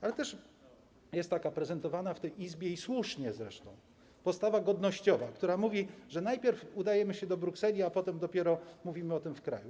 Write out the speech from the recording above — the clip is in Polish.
Ale też jest taka prezentowana w tej Izbie, słusznie zresztą, postawa godnościowa, która mówi, że najpierw udajemy się do Brukseli, a potem dopiero mówimy o tym w kraju.